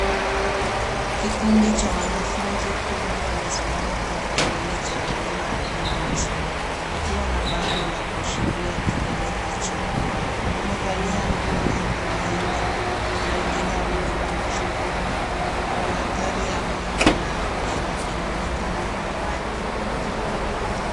Kikundi cha wanafunzi kumi wamesimama kwenye kilele cha mlima Longonot wakiwa na bango la kuashiria kilele hicho. Wamevalia nguo za kawaida na wengine wamebeba mifuko. Mandhari ya bonde la ufa inaonekana kwa mbali.